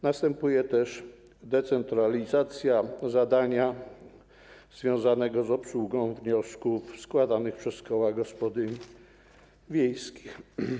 Następuje też decentralizacja zadań związanych z obsługą wniosków składanych przez koła gospodyń wiejskich.